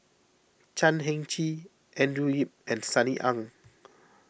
Chan Heng Chee Andrew Yip and Sunny Ang